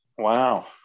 Wow